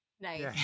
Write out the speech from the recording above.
nice